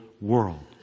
world